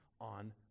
on